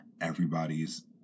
everybody's